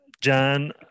Jan